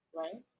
right